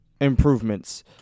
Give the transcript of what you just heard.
improvements